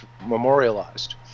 memorialized